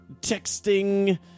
texting